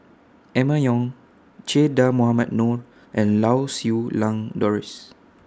Emma Yong Che Dah Mohamed Noor and Lau Siew Lang Doris